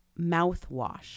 mouthwash